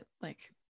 like-